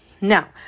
now